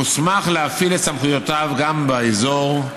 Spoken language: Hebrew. מוסמך להפעיל את סמכויותיו גם באזור,